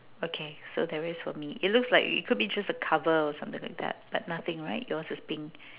okay so there is for me it looks like it could be just a cover or something like that but nothing right it was just pink